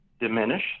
diminish